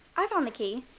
i found the key.